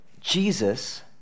Jesus